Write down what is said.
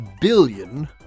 billion